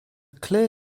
clear